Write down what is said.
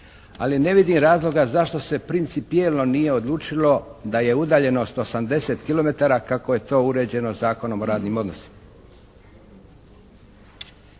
ali ne vidim razloga zašto se principijelno nije odlučilo da je udaljenost 80 kilometara kako je to uređeno Zakonom o radnim odnosima.